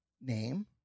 name